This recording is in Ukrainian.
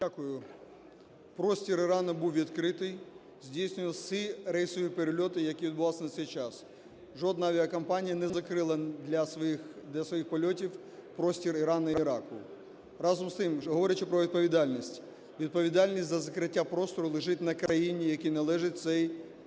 Дякую. Простір Ірану був відкритий, здійснювались всі рейсові перельоти, які відбувались на цей час. Жодна авіакомпанія не закрила для своїх польотів простір Ірану і Іраку. Разом з тим, говорячи про відповідальність, відповідальність за закриття простору лежить на країні, якій належить цей